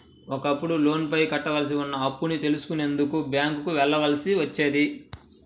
ఒకప్పుడు లోనుపైన కట్టాల్సి ఉన్న అప్పుని తెలుసుకునేందుకు బ్యేంకుకి వెళ్ళాల్సి వచ్చేది